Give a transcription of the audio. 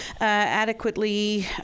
adequately